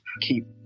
keep